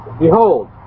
behold